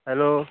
hello